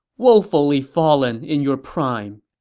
woefully fallen in your prime!